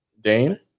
Dane